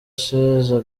sheja